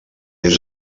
est